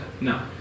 No